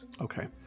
okay